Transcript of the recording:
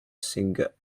singer